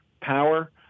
power